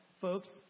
folks